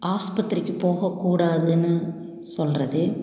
ஆஸ்பத்திரிக்கு போகக்கூடாதுன்னு சொல்லுறது